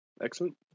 Excellent